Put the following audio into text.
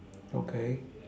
okay